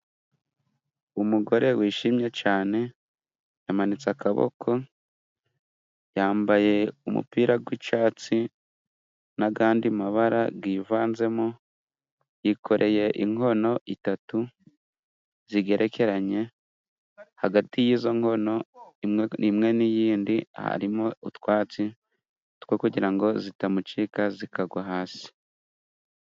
Umugore wishimye cane, yamanitse akaboko, yambaye umupira gw'icyatsi n'agandi mabara givanzemo, yikoreye inkono itatu zigerekeranye, hagati y'izo nkono, imwe n'iyindi, harimo utwatsi two kugira ngo zitamucika zikagwa hasi.